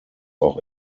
auch